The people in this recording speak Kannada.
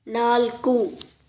ನಾಲ್ಕು